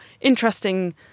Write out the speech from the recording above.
interesting